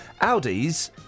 Audis